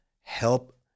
help